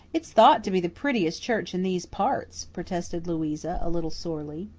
it's thought to be the prettiest church in these parts, protested louisa, a little sorely.